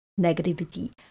negativity